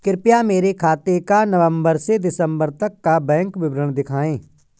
कृपया मेरे खाते का नवम्बर से दिसम्बर तक का बैंक विवरण दिखाएं?